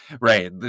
Right